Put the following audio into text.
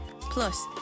Plus